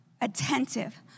attentive